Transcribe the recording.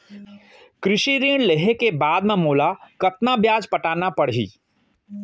कृषि ऋण लेहे के बाद म मोला कतना ब्याज पटाना पड़ही?